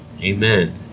Amen